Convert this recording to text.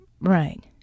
Right